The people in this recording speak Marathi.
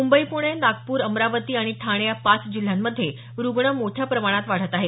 मुंबई पुणे नागपूर अमरावती आणि ठाणे या पाच जिल्ह्यांमध्ये रुग्ण मोठ्या प्रमाणात वाढत आहेत